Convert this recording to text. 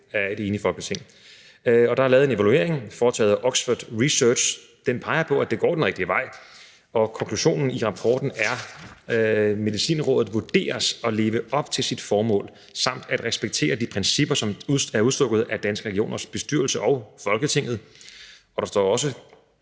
af et enigt Folketing. Der er lavet en evaluering foretaget af Oxford Research, og den peger på, at det går den rigtige vej. Og konklusionen i rapporten er: Medicinrådet vurderes at leve op til sit formål samt at respektere de principper, som er udstukket af Danske Regioners bestyrelse og Folketinget. Og der står også: